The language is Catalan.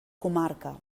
comarca